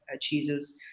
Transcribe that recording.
cheeses